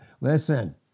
Listen